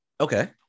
Okay